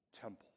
temple